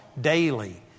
daily